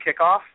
kickoff